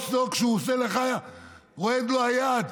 אצלו כשהוא עושה לך רועדת לו היד.